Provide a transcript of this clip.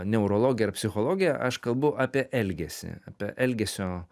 neurologiją ar psichologiją aš kalbu apie elgesį apie elgesio